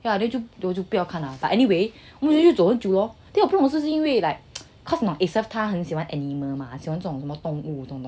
yeah then 我就我就不要看到 but anyway then 我们就走很久 lor then 我不懂是不是因为 like cause isalle 他很喜欢 animal 喜欢这种什么动物